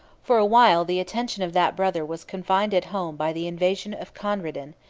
for a while the attention of that brother was confined at home by the invasion of conradin,